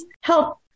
help